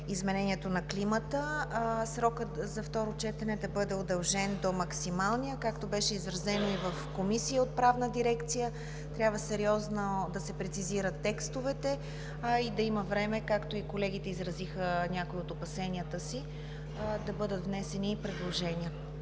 изменението на климата да бъде удължен до максималния, както беше изразено и в Комисията от Правната дирекция. Трябва сериозно да се прецизират текстовете, а и да има време, както и колегите изразиха някои от опасенията си, да бъдат внесени предложения.